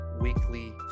weekly